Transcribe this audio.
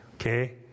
okay